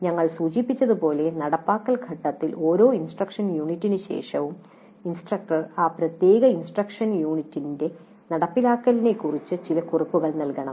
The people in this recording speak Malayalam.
ഞങ്ങൾ സൂചിപ്പിച്ചതുപോലെ നടപ്പാക്കൽ ഘട്ടത്തിൽ ഓരോ ഇൻസ്ട്രക്ഷൻ യൂണിറ്റിനുശേഷവും ഇൻസ്ട്രക്ടർ ആ പ്രത്യേക ഇൻസ്ട്രക്ഷൻ യൂണിറ്റിന്റെ നടപ്പാക്കലിനെക്കുറിച്ച് ചില കുറിപ്പുകൾ നൽകണം